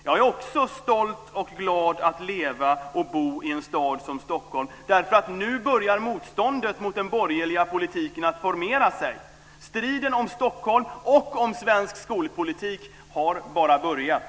Jag är också stolt och glad att leva och bo i en stad som Stockholm, för nu börjar motståndet mot den borgerliga politiken att formera sig. Striden om Stockholm, och om svensk skolpolitik, har bara börjat!